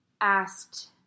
asked